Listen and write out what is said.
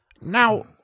Now